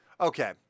okay